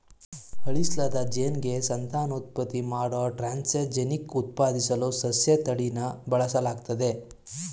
ಅಳಿಸ್ಲಾದ ಜೀನ್ಗೆ ಸಂತಾನೋತ್ಪತ್ತಿ ಮಾಡೋ ಟ್ರಾನ್ಸ್ಜೆನಿಕ್ ಉತ್ಪಾದಿಸಲು ಸಸ್ಯತಳಿನ ಬಳಸಲಾಗ್ತದೆ